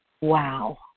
Wow